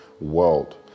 world